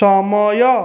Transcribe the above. ସମୟ